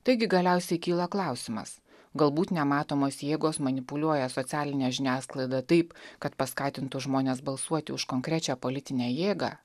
taigi galiausiai kyla klausimas galbūt nematomos jėgos manipuliuoja socialine žiniasklaida taip kad paskatintų žmones balsuoti už konkrečią politinę jėgą